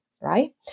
right